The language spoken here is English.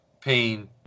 pain